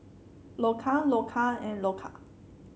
Loacker Loacker and Loacker